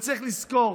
צריך לזכור: